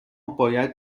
باید